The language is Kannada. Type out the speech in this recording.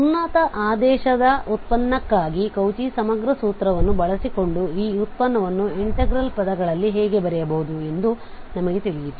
ಉನ್ನತ ಆದೇಶದ ಉತ್ಪನ್ನಕ್ಕಾಗಿ ಕೌಚಿ ಸಮಗ್ರ ಸೂತ್ರವನ್ನು ಬಳಸಿಕೊಂಡು ಈ ಉತ್ಪನ್ನವನ್ನು ಇಂಟೆಗ್ರಲ್ ಪದಗಳಲ್ಲಿ ಹೇಗೆ ಬರೆಯಬಹುದು ಎಂದು ನಮಗೆ ತಿಳಿಯಿತು